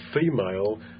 female